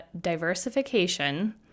diversification